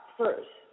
first